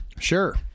Sure